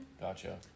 gotcha